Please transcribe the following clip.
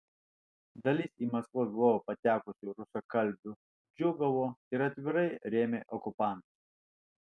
dalis į maskvos globą patekusių rusakalbių džiūgavo ir atvirai rėmė okupantus